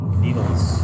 needles